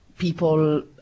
people